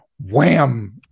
wham